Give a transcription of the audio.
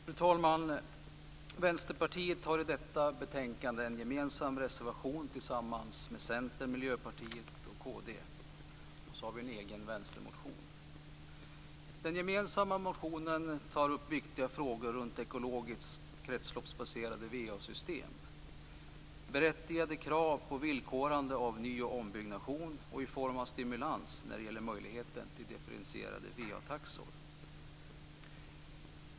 Fru talman! Vänsterpartiet har i detta betänkande en gemensam reservation med Centern, Miljöpartiet och Kristdemokraterna. Så har vi en egen vänstermotion. Den gemensamma motionen tar upp viktiga frågor runt ekologiskt kretsloppsbaserade va-system, berättigade krav på villkorande av ny och ombyggnation i form av stimulans när det gäller möjligheter till differentierade va-taxor.